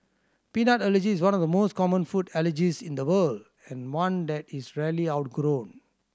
peanut allergy is one of the most common food allergies in the world and one that is rarely outgrown